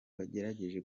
bagerageje